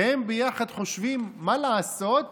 והם ביחד חושבים מה לעשות